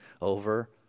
over